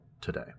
today